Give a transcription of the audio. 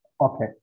Okay